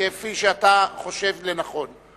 כפי שאתה חושב לנכון.